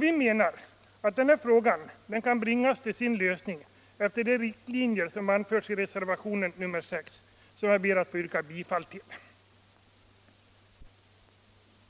Vi menar att denna fråga kan bringas till sin lösning efter de riktlinjer som anförs i reservationen 6, som jag ber att få yrka bifall till.